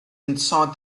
inside